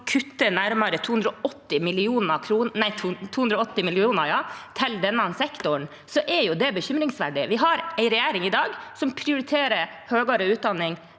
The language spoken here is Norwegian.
som kutter nærmere 280 mill. kr i denne sektoren, er det bekymringsfullt. Vi har en regjering i dag som prioriterer høyere utdanning